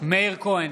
מאיר כהן,